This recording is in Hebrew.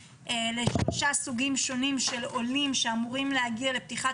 לשלושה סוגים שונים של עולים שאמורים להגיע לפתיחת